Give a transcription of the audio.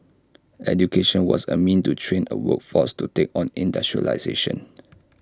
education was A means to train A workforce to take on industrialisation